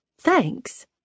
thanks